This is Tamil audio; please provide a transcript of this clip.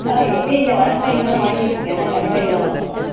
ஆ எப்பேயும் இங்கே வழக்கமாக இங்கே தானே வாங்கிகிட்ருக்கேன் நான் கண்டிப்பாக இங்கே தான் வாங்குவேன்